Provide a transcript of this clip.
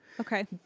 okay